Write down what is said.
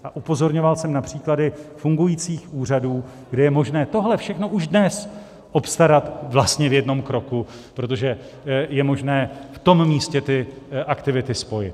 A upozorňoval jsem na příklady fungujících úřadů, kde je možné tohle všechno už dnes obstarat vlastně v jednom kroku, protože je možné v tom místě ty aktivity spojit.